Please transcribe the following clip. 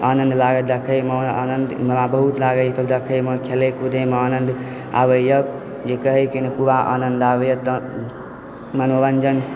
आनन्द लए कऽ देखैमे आनन्द मजा बहुत लागै छै ई सब देखैमे खेलै कुदैमे आनन्द आबैए जे कहैमे पूरा आनन्द आबैए मनोरञ्जन